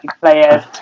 players